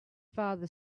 father